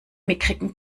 mickrigen